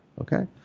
okay